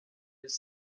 his